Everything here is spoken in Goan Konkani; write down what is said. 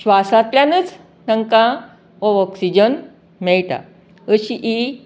स्वासतल्यानच तांकां हो ऑक्सीजन मेळटा अशीं ही